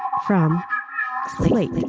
from slate